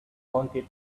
wanted